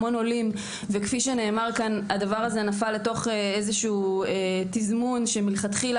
עולים וכאמור זה נפל לתזמון שלכתחילה